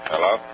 Hello